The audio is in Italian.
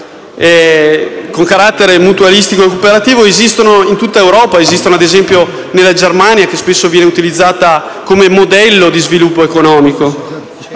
a carattere mutualistico e cooperativo, esiste in tutta Europa, come ad esempio in quella Germania spesso utilizzata come modello di sviluppo economico.